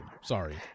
Sorry